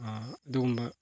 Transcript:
ꯑꯗꯨꯒꯨꯝꯕ